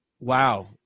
wow